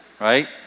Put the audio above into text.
right